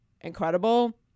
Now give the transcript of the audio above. incredible